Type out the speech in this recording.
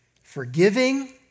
forgiving